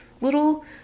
little